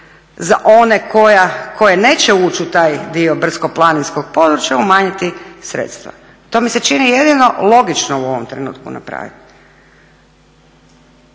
za one koje neće ući u taj dio brdsko-planinskog područja umanjiti sredstva. To mi se čini jedino logično u ovom trenutku napraviti